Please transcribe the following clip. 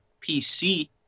PC